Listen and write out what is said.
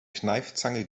kneifzange